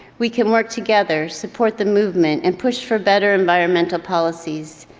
we can work together, support the movement and push for better environmental policies.